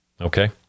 Okay